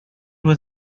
was